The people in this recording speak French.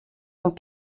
sont